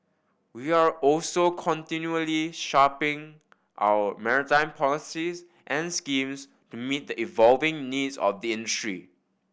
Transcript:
we are also continually sharpening our maritime policies and schemes to meet the evolving needs of the industry